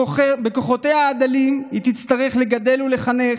בכוחותיה הדלים היא תצטרך לגדל ולחנך,